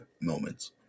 moments